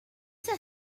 there